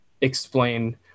explain